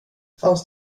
fanns